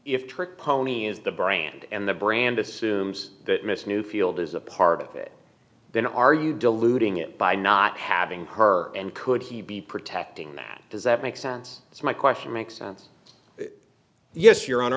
if trick pony is the brand and the brand assumes that miss newfield is a part of it then are you diluting it by not having her and could he be protecting that does that make sense so my question makes sense yes your hon